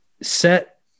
set